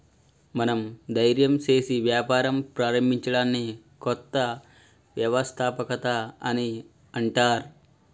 మనం ధైర్యం సేసి వ్యాపారం ప్రారంభించడాన్ని కొత్త వ్యవస్థాపకత అని అంటర్